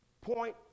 point